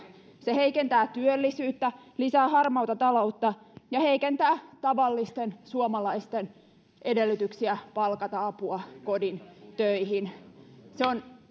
se heikentää työllisyyttä lisää harmaata taloutta ja heikentää tavallisten suomalaisten edellytyksiä palkata apua kodin töihin se on